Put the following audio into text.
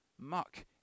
muck